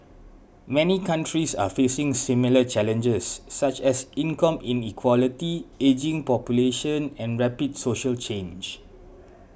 many countries are facing similar challenges such as income inequality ageing population and rapid social change